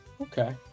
Okay